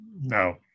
No